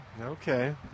Okay